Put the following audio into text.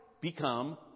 become